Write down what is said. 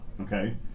okay